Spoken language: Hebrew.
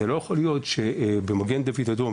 זה לא יכול להיות שבמגן דוד אדום,